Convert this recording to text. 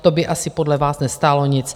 To by asi podle vás nestálo nic.